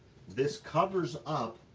this covers up,